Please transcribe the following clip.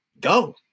go